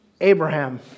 Abraham